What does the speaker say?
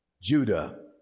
Judah